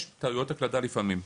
יש טעויות הקלדה לפעמים.